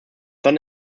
then